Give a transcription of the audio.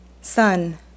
sun